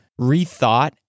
rethought